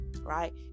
right